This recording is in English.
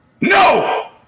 No